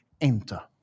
enter